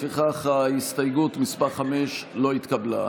לפיכך, הסתייגות מס' 5 לא התקבלה.